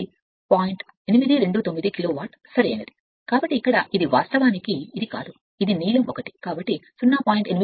829 kilowatt సరైనది కాబట్టి ఇక్కడ ఇది వాస్తవానికి ఇది కాదు ఇది నీలం ఒకటి కాబట్టి 0